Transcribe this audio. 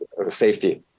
safety